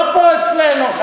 לא פה אצלנו,